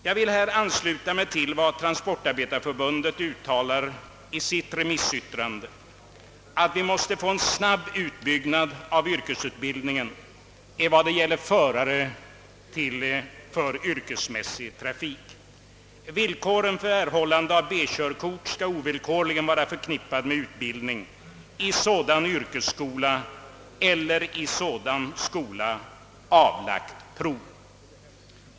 Jag vill härvidlag ansluta mig till vad transportarbetareförbundet uttalar i sitt remissyttrande, nämligen att vi måste få en snabb utbyggnad av yrkesutbildningen av förare i yrkesmässig trafik och att erhållande av B körkort ovillkorligen skall vara förknippat med utbildning i yrkesskola eller med i sådan skola avlagt prov.